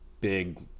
big